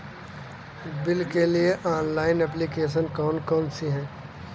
Bill के लिए online application कौन कौन सी हैं?